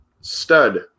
stud